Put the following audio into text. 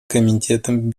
комитетом